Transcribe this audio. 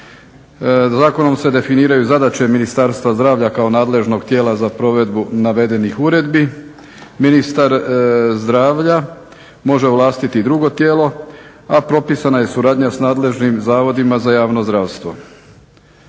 Zakonom se definiraju zadaće Ministarstva zdravlja kao nadležnog tijela za provedbu navedenih uredbi. Ministar zdravlja može ovlastiti drugo tijelo, a propisana je suradnja s nadležnim zavodima za javno zdravstvo.